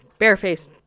Bareface